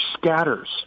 scatters